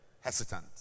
hesitant